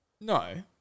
No